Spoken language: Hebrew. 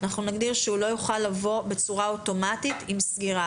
אנחנו נגדיר שהוא לא יוכל לבוא בצורה אוטומטית עם סגירה